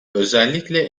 özellikle